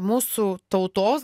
mūsų tautos